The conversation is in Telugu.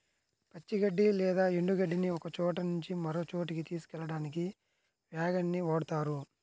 పచ్చి గడ్డి లేదా ఎండు గడ్డిని ఒకచోట నుంచి మరొక చోటుకి తీసుకెళ్ళడానికి వ్యాగన్ ని వాడుతారు